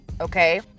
okay